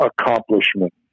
accomplishment